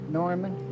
Norman